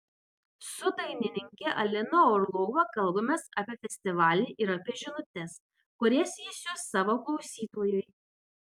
su dainininke alina orlova kalbamės apie festivalį ir apie žinutes kurias ji siųs savo klausytojui